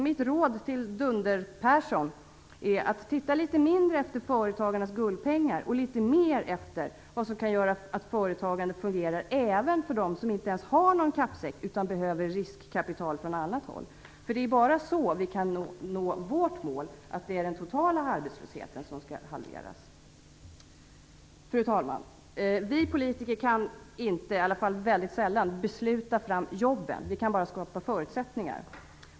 Mitt råd till Dunder-Persson är att titta litet mindre efter företagarnas guldpengar och litet mer efter det som kan göra att företagandet fungerar även för dem som inte ens har någon kappsäck, utan behöver riskkapital från annat håll. Det är bara så vi kan nå vårt mål, dvs. att den totala arbetslösheten skall halveras. Fru talman! Vi politiker kan inte, i alla fall väldigt sällan, besluta fram jobben. Vi kan bara skapa förutsättningar.